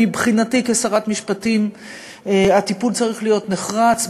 מבחינתי כשרת משפטים הטיפול צריך להיות נחרץ,